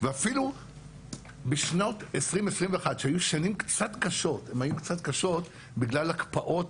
ואפילו בשנת 2021 שהיו שנים קצת קשות בגלל הקפאות